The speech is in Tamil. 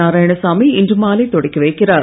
நாராயணசாமி இன்று மாலை தொடங்கி வைக்கிறார்